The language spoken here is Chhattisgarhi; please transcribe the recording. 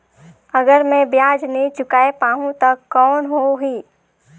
अगर मै ब्याज नी चुकाय पाहुं ता कौन हो ही?